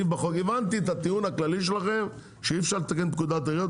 הבנתי את הטיעון הכללי שלכם שאי אפשר לתקן את פקודת העיריות,